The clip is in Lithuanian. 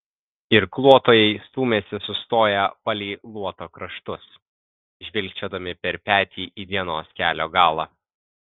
irkluotojai stūmėsi sustoję palei luoto kraštus žvilgčiodami per petį į dienos kelio galą